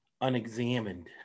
unexamined